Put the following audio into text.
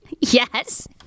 Yes